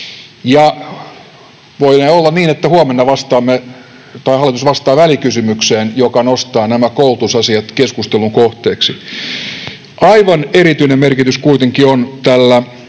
viemme tätä eteenpäin. Huomenna hallitus vastaa välikysymykseen, joka nostaa nämä koulutusasiat keskustelun kohteeksi. Aivan erityinen merkitys kuitenkin on tällä